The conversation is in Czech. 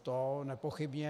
To nepochybně.